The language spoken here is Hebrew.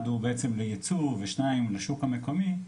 הוא בעצם לייצור ושניים לשוק המקומי,